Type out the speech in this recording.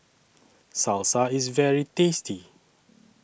Salsa IS very tasty